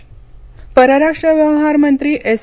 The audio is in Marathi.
जयशंकर परराष्ट्र व्यवहार मंत्री एस